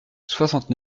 soixante